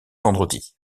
vendredi